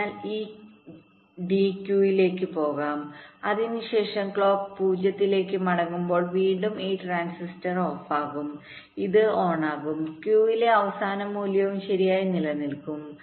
അതിനാൽ ഈ D Q ലേക്ക് പോകും അതിനുശേഷം ക്ലോക്ക് 0 ലേക്ക് മടങ്ങുമ്പോൾ വീണ്ടും ഈ ട്രാൻസിസ്റ്റർ ഓഫാകും ഇത് ഓണാകും Q ലെ അവസാന മൂല്യവും ശരിയായി നിലനിൽക്കും